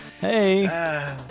Hey